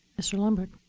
mr. lundberg.